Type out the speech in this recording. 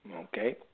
Okay